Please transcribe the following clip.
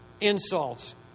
insults